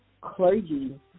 clergy